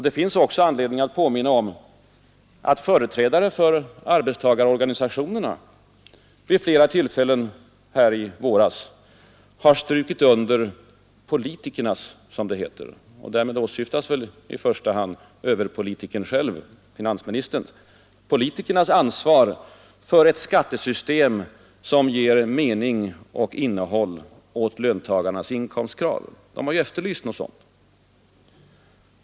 Det finns också anledning att påminna om att företrädare för arbetstagarorganisationerna flera gånger under våren har strukit under ”politikernas” — och därmed åsyftas väl bl.a. överpolitikern själv, finansministern — ansvar för ett skattesystem som ger mening och innehåll åt löntagarnas inkomstkrav.